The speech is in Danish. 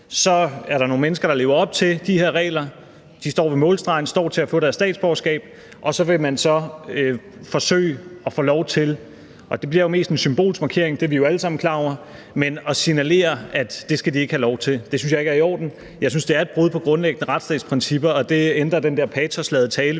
Så er der nogle mennesker, der lever op til de her regler. De står ved målstregen, står til at få deres statsborgerskab. Og så vil man forsøge – og det bliver mest en symbolsk markering, det er vi alle sammen klar over – at signalere, at det skal de ikke have lov til. Det synes jeg ikke er i orden. Jeg synes, at det er et brud på grundlæggende retsstatsprincipper, og det ændrer den der patosladede tale,